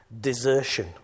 desertion